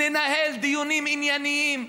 ננהל דיונים ענייניים,